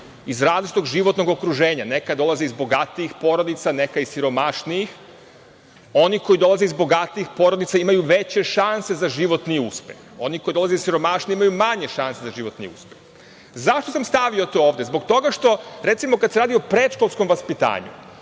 iz različitog životnog okruženja. Neka dolaze iz bogatijih porodica, neka iz siromašnijih. Oni koji dolaze iz bogatijih porodica imaju veće šanse za životni uspeh. Oni koji dolaze iz siromašnijih imaju manje šanse za životni uspeh.Zašto sam stavio to ovde? Zbog toga što, recimo, kada se radi o predškolskom vaspitanju,